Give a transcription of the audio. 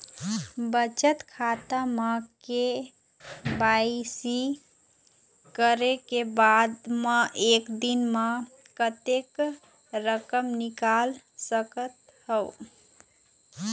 बचत खाता म के.वाई.सी करे के बाद म एक दिन म कतेक रकम निकाल सकत हव?